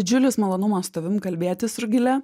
didžiulis malonumas su tavim kalbėtis rugile